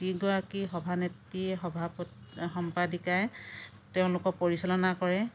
যিগৰাকী সভানেত্ৰীয়ে সভাপতি সম্পাদিকাই তেওঁলোকৰ পৰিচালনা কৰে